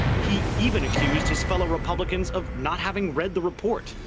he even accused his fellow republicans of not having read the report.